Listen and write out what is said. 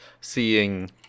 seeing